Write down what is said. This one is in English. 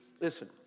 listen